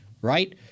right